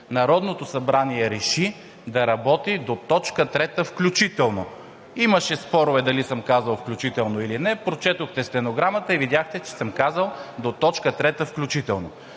Народното събрание реши да работи до точка трета включително“. Имаше спорове дали съм казал „включително“ или не? Прочетохте стенограмата и видяхте, че съм казал „до точка трета включително“.